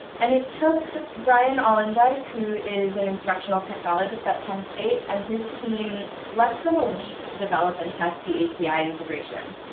and it took bryan ollendyke, who is an instructional technologist at penn state, and his team less than a week to develop and test the api integration.